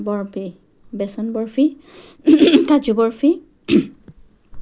বৰফি বেচন বৰফি কাজু বৰফি